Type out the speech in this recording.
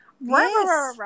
Yes